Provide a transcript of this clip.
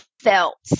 felt